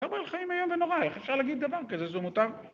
חבר'ה, חיים היום ונורא, איך אפשר להגיד דבר כזה זה מותר?